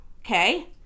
Okay